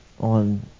on